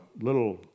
little